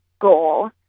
goal